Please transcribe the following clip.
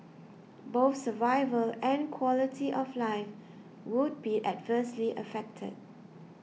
both survival and quality of life would be adversely affected